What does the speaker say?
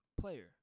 player